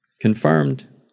confirmed